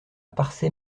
parçay